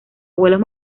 abuelos